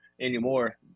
anymore